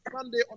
Sunday